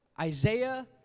Isaiah